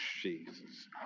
Jesus